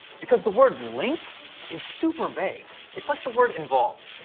because the word linked is super vague. it's like the word involved.